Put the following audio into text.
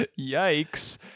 Yikes